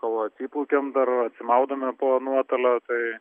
kol atsiplaukiam dar atsimaudome po nuotolio tai